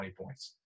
points